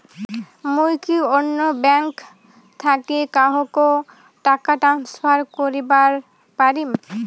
মুই কি অন্য ব্যাঙ্ক থাকি কাহকো টাকা ট্রান্সফার করিবার পারিম?